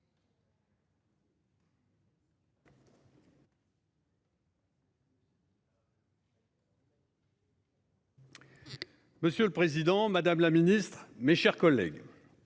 Monsieur le président, madame la ministre, mes chers collègues,